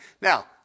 Now